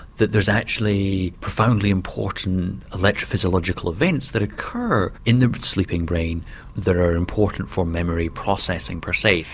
that there's actually profoundly important electrophysiological events that occur in the sleeping brain that are important for memory processing per se.